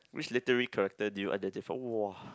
which literary character did you identify !wah!